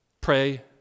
Pray